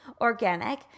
organic